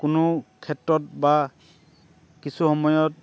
কোনো ক্ষেত্ৰত বা কিছু সময়ত